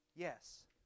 Yes